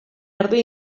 erdi